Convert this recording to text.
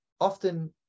often